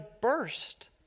burst